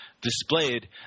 displayed